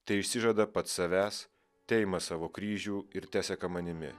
teišsižada pats savęs teima savo kryžių ir teseka manimi